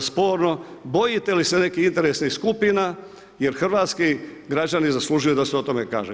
sporno, bojite li se nekih interesnih skupina jer hrvatski građani zaslužuju da se o tome kaže.